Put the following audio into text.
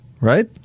right